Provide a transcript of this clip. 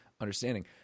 understanding